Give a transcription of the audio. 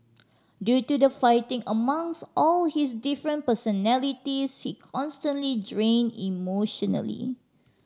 due to the fighting among all his different personalities he constantly drained emotionally